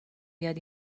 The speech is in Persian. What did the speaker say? بیاد